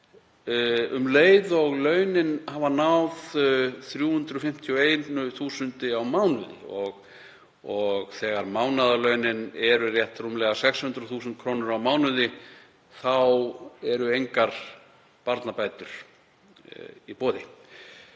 um leið og launin hafa náð 351.000 kr. á mánuði og þegar mánaðarlaunin eru rétt rúmlega 600.000 kr. á mánuði eru engar barnabætur í boði.